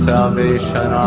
Salvation